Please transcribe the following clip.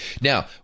Now